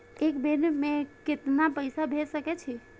एक बेर में केतना पैसा भेज सके छी?